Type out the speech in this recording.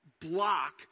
block